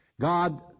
God